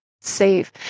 safe